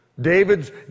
David's